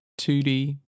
2D